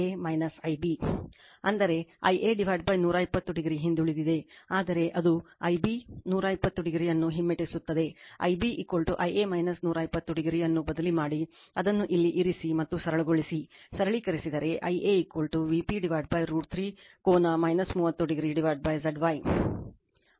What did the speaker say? ಆದರೆ Ia 120 o ಹಿಂದುಳಿದಿದೆ ಆದರೆ ಅದು Ib 120o ಅನ್ನು ಹಿಮ್ಮೆಟ್ಟಿಸುತ್ತದೆ Ib Ia 120o ಅನ್ನು ಬದಲಿ ಮಾಡಿ ಅದನ್ನು ಇಲ್ಲಿ ಇರಿಸಿ ಮತ್ತು ಸರಳಗೊಳಿಸಿ ಸರಳೀಕರಿಸಿದರೆ Ia Vp√ 3 ಕೋನ 30o Zy